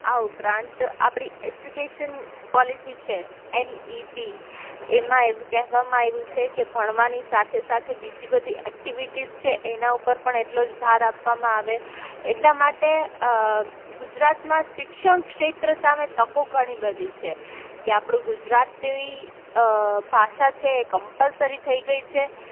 આ ઉપરાંત આપણી એજ્યુકેશન પોલિસી છે એન ઇ પી એમાં એવું કહેવામાં આવ્યું છે કે ભણવાની સાથે સાથે બીજી બધી એક્ટિવિટીસ છે એનાં ઉપર પણ એટલો જ ભાર આપવામાં આવે એટલાં માટે ગુજરાતમાં શિક્ષણ ક્ષેત્ર સામે તકો ઘણી બધી છે કે આપણું ગુજરાતી ભાષા છે એ કંપલસરી થઈ ગઈ છે